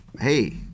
hey